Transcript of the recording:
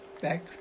Back